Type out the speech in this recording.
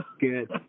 Good